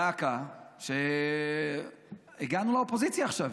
דא עקא, שהגענו לאופוזיציה עכשיו.